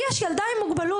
לי יש ילדה עם מוגבלות,